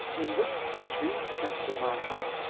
in this country, said sir marhaus,